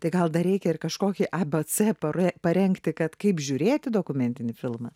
tai gal dar reikia ir kažkokį abc parengti kad kaip žiūrėti dokumentinį filmą